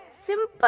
Simple